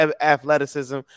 athleticism